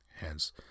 Hence